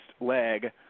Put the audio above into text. leg